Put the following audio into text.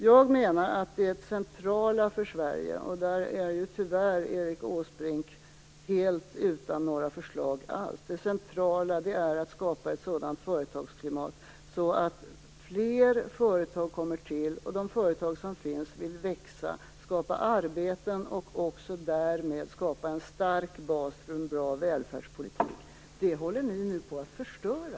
Jag menar att det centrala för Sverige - där Erik Åsbrink tyvärr inte har några förslag alls - är att skapa ett sådant företagsklimat att fler företag kommer till och att de företag som finns vill växa, skapa arbeten och därmed också skapa en stark bas för en bra välfärdspolitik. Det håller ni nu på att förstöra.